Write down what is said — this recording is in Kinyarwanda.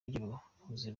ry’ubuvuzi